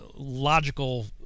logical